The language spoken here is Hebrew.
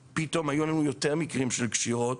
ולכן היו לנו יותר מקרים של קשירות.